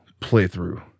playthrough